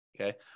Okay